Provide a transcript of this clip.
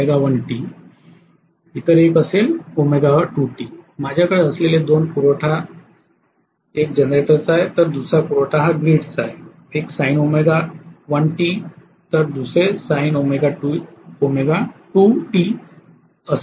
इतर एक t असेल माझ्याकडे असलेले दोन पुरवठा एक जनरेटरचा आहे तर दुसरा पुरवठा ग्रीडचा आहे एक sin दुसरे sin आहे